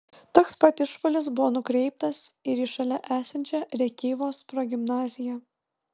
toks pat išpuolis buvo nukreiptas ir į šalia esančią rėkyvos progimnaziją